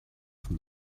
from